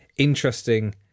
interesting